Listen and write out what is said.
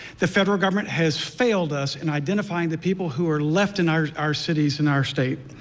the federal government has failed us in identifying the people who are left in our our cities and our state.